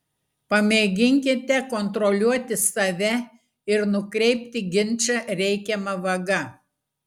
pamėginkite kontroliuoti save ir nukreipti ginčą reikiama vaga